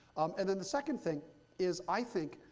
and then the second thing is, i think,